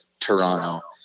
Toronto